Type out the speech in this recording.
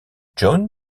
john